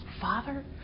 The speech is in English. Father